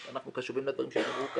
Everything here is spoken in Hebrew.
אנחנו קשובים לדברים שנאמרו כאן.